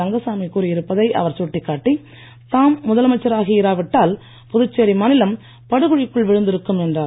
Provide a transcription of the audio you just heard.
ரங்கசாமி கூறியிருப்பதை அவர் சுட்டிக்காட்டி தாம் முதலமைச்சராகி யிராவிட்டால் புதுச்சேரி மாநிலம் படுகுழிக்குள் விழுந்திருக்கும் என்றார்